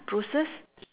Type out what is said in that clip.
bruises